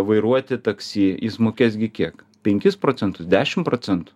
vairuoti taksi jis mokės gi kiek penkis procentus dešim procentų